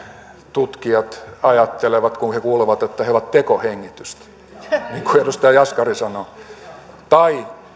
tutkijat ajattelevat kun he kuulevat että he ovat tekohengitystä niin kuin edustaja jaskari sanoi tai